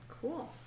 Cool